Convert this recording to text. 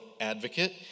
advocate